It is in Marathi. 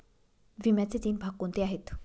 विम्याचे तीन भाग कोणते आहेत?